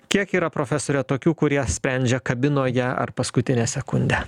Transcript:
kiek yra profesore tokių kurie sprendžia kabinoje ar paskutinę sekundę